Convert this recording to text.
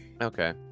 Okay